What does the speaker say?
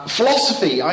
Philosophy